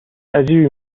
عجیبی